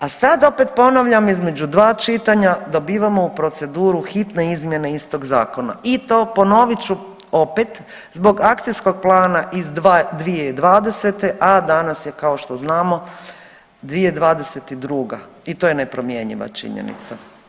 A sad opet ponavljam između dva čitanja dobivamo u proceduru hitne izmjene istog zakona i to ponovit ću opet zbog akcijskog plana iz 2020. a danas je kao što znamo 2022. i to je nepromjenjiva činjenica.